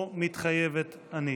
או "מתחייבת אני".